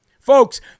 Folks